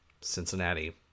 Cincinnati